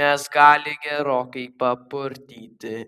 nes gali gerokai papurtyti